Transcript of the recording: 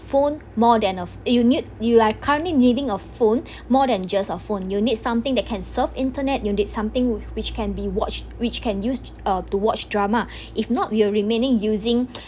phone more than of you you are currently needing a phone more than just a phone you need something that can surf internet you need something which can be watched which can use uh to watch drama if not you are remaining using